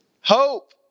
Hope